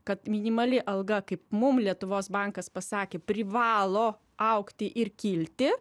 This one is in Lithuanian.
kad minimali alga kaip mum lietuvos bankas pasakė privalo augti ir kilti